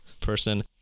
person